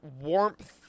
warmth